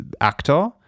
actor